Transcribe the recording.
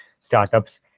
startups